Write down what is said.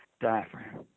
Diaphragm